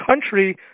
country